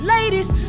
Ladies